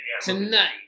tonight